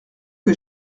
que